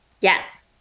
Yes